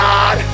God